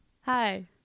Hi